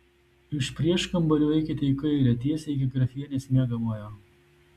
iš prieškambario eikite į kairę tiesiai iki grafienės miegamojo